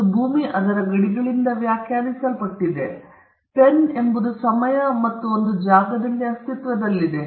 ಒಂದು ಭೂಮಿ ಅದರ ಗಡಿಗಳಿಂದ ವ್ಯಾಖ್ಯಾನಿಸಲ್ಪಟ್ಟಿದೆ ಒಂದು ಪೆನ್ ಎಂಬುದು ಸಮಯ ಮತ್ತು ಜಾಗದಲ್ಲಿ ಅಸ್ತಿತ್ವದಲ್ಲಿದೆ